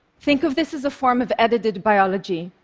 think of this as a form of edited biology.